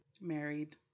married